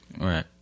Right